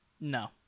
No